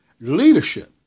leadership